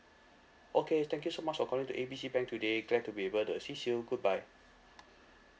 okay thank you so much for calling to A B C bank today glad to be able to assist you goodbye